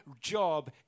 job